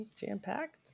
Jam-packed